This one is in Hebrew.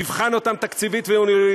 יבחן אותם תקציבית וניהולית,